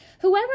whoever